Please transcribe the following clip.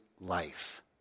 life